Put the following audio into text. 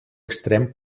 extrem